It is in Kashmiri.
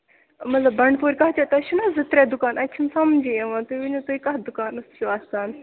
مطلب بَنٛڈٕپورِ کَتھ جایہِ تۄہہِ چھُو نا زٕ ترٛےٚ دُکان اَتہِ چھِ سَمٛجھٕے یِوان تُہۍ ؤنِو تُہۍ کَتھ دُکانَس چھُو آسان